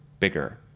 bigger